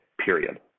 period